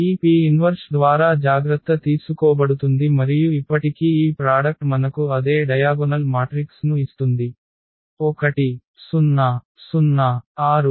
ఈ P inverse ద్వారా జాగ్రత్త తీసుకోబడుతుంది మరియు ఇప్పటికీ ఈ ప్రాడక్ట్ మనకు అదే డయాగొనల్ మాట్రిక్స్ ను ఇస్తుంది 1 0 0 6